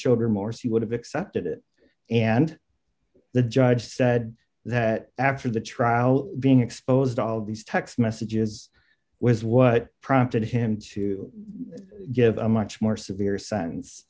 showed remorse he would have accepted it and the judge said that after the trial being exposed to all these text messages was what prompted him to give a much more severe sen